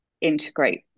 integrate